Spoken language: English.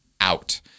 out